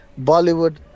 Bollywood